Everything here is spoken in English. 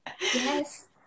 Yes